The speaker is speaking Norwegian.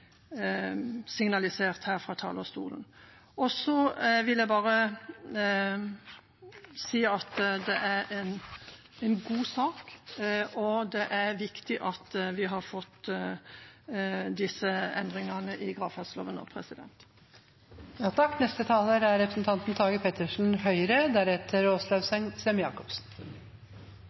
signalisert her fra talerstolen. Så vil jeg bare si at det er en god sak, og det er viktig at vi har fått disse endringene i gravferdsloven nå. Takk